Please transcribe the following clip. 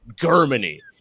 Germany